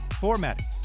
formatting